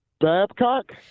Babcock